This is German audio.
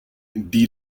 die